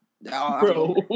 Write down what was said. Bro